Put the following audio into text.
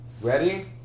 Ready